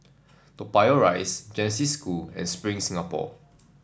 Toa Payoh Rise Genesis School and Spring Singapore